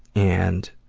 and